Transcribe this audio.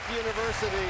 University